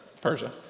Persia